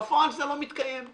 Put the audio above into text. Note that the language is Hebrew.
בפועל זה לא מתקיים.